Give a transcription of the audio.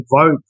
vote